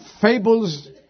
fables